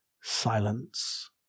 silence